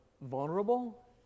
vulnerable